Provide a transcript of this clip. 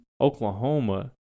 Oklahoma